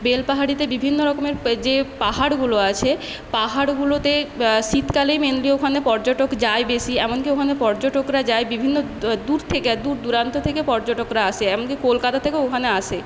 বেলপাহাড়িতে বিভিন্ন রকমের যে পাহাড়গুলো আছে পাহাড়গুলোতে শীতকালে মেনলি ওখানে পর্যটক যায় বেশি এমনকি ওখানে পর্যটকরা যায় বিভিন্ন দূর থেকে দূর দূরান্ত থেকে পর্যটকরা আসে এমনকি কলকাতা থেকেও ওখানে আসে